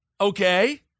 Okay